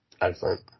Excellent